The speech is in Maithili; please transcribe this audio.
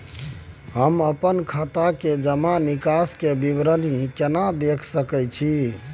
हम अपन खाता के जमा निकास के विवरणी केना देख सकै छी?